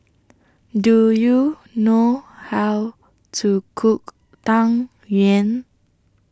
Do YOU know How to Cook Tang Yuen